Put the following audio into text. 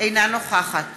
אינה נוכחת